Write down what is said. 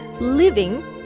living